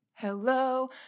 Hello